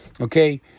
Okay